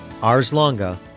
ArsLonga